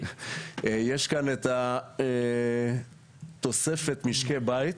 יש כאן את התוספת משקי בית.